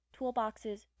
toolboxes